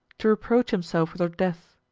to reproach himself with her death.